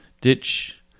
ditch